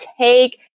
take